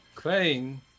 playing